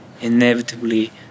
inevitably